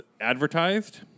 advertised